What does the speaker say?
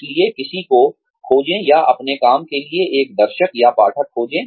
इसलिए किसी को खोजें या अपने काम के लिए एक दर्शक या पाठक खोजें